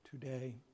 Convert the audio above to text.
today